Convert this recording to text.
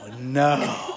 no